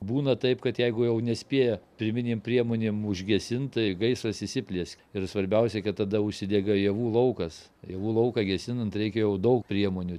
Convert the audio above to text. būna taip kad jeigu jau nespėja pirminėm priemonėm užgesint tai gaisras įsiplieskia ir svarbiausiai kad tada užsidega javų laukas javų lauką gesinant reikia jau daug priemonių